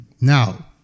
now